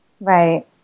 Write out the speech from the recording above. Right